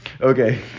okay